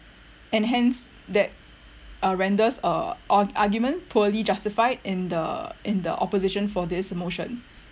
and hence that uh renders uh ar~ argument poorly justified in the in the opposition for this motion